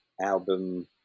album